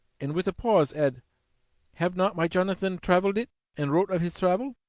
and with a pause, add have not my jonathan travelled it and wrote of his travel?